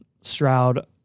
Stroud